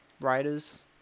Raiders